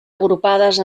agrupades